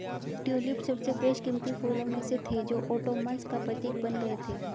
tulip सबसे बेशकीमती फूलों में से थे जो ओटोमन्स का प्रतीक बन गए थे